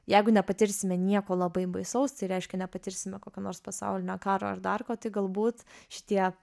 jeigu nepatirsime nieko labai baisaus tai reiškia nepatirsime kokio nors pasaulinio karo ar dar ko tai galbūt šitie